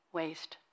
waste